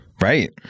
Right